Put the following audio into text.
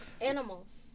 animals